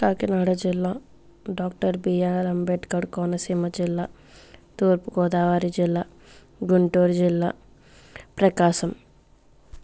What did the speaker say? కాకినాడ జిల్లా doctor BR Ambedkar Konaseema జిల్లా తూర్పు గోదావరి జిల్లా గుంటూర్ జిల్లా ప్రకాశం